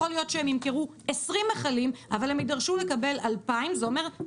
יכול להיות שהם ימכרו 20 מכלים אבל הם יידרשו לקבל 2,000. זאת אומרת,